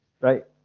Right